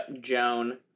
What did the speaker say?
Joan